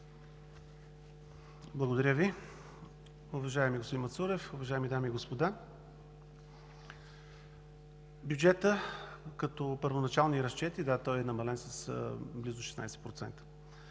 Благодаря Ви. Уважаеми господин Мацурев, уважаеми дами и господа! Бюджетът, като първоначални разчети, е намален с близо 16%.